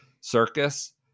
circus